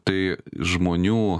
tai žmonių